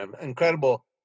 incredible